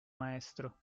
maestro